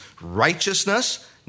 righteousness